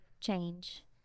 change